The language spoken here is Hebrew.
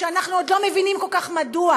שאנחנו עוד לא מבינים כל כך מדוע,